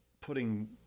putting